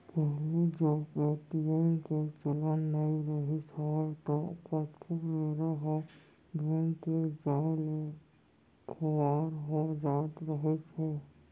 पहिली जब ए.टी.एम के चलन नइ रिहिस हवय ता कतको बेरा ह बेंक के जाय ले खुवार हो जात रहिस हे